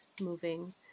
moving